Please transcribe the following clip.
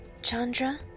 Chandra